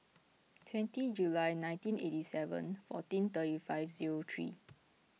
twenty July nineteen eighty seven fourteen thirty five zero three